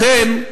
לכן,